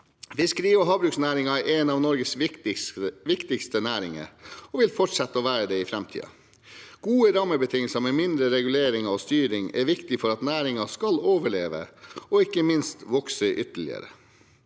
Fiskeri- og havbruksnæringen er en av Norges viktigste næringer og vil fortsette å være det i framtiden. Gode rammebetingelser med mindre regulering og styring er viktig for at næringen skal overleve og ikke minst vokse ytterligere.